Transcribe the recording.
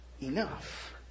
enough